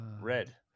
Red